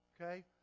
okay